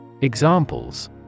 Examples